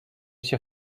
się